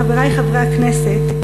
חברי חברי הכנסת,